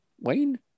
Wayne